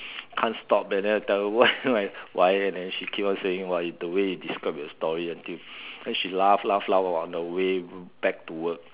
can't stop and then I tell her why like why then she keep on saying why the way you describe your story until then she laugh laugh laugh on the way back to work